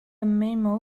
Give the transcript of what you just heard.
memo